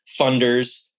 funders